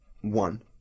One